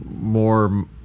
more